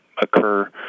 occur